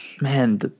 man